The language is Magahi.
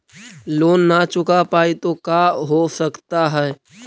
लोन न चुका पाई तो का हो सकता है?